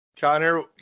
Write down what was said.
Connor